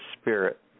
spirit